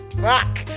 Fuck